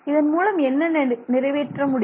இதன்மூலம் என்ன நிறைவேற்ற முடியும்